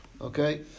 Okay